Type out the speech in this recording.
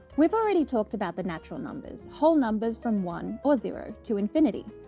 we've already talked about the natural numbers, whole numbers from one or zero to infinity.